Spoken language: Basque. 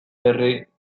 errenkada